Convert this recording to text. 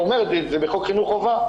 שנמצא בחוק חינוך חובה?